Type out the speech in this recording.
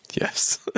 Yes